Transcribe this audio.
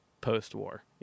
post-war